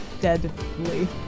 Deadly